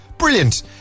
Brilliant